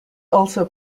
also